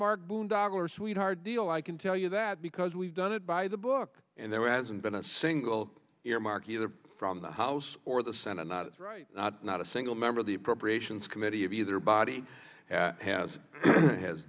earmark boondoggle or sweetheart deal i can tell you that because we've done it by the book and there hasn't been a single earmark either from the house or the senate not not not a single member of the appropriations committee of either body has has